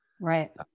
Right